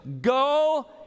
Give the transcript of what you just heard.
go